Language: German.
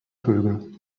vögel